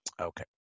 Okay